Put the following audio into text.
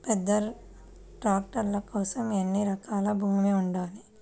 పెద్ద ట్రాక్టర్ కోసం ఎన్ని ఎకరాల భూమి ఉండాలి?